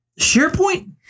SharePoint